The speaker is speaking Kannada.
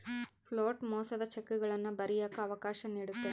ಫ್ಲೋಟ್ ಮೋಸದ ಚೆಕ್ಗಳನ್ನ ಬರಿಯಕ್ಕ ಅವಕಾಶ ನೀಡುತ್ತೆ